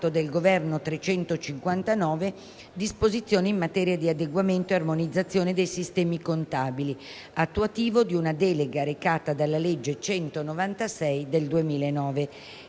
del Governo n. 359 (''disposizioni in materia di adeguamento e armonizzazione dei sistemi contabili"), attuativo di una delega recata dalla legge n. 196 del 2009;